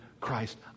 Christ